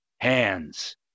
hands